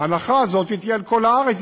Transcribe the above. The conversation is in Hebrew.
ההנחה הזאת תהיה על כל הארץ,